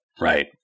right